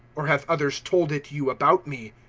or have others told it you about me?